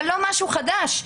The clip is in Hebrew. זה לא משהו חדש,